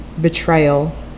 betrayal